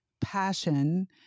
passion